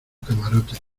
camarote